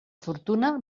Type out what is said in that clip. fortuna